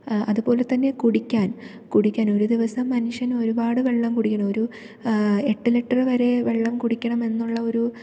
അതുപോലെത്തന്നെ കുടിക്കാൻ കുടിക്കാൻ ഒരു ദിവസം മനുഷ്യൻ ഒരുപാട് വെള്ളം കുടിക്കണം ഒരു എട്ട് ലിറ്റർ വരെ വെള്ളം കുടിക്കണം എന്നുള്ള ഒരു